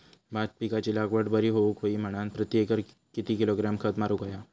भात पिकाची लागवड बरी होऊक होई म्हणान प्रति एकर किती किलोग्रॅम खत मारुक होया?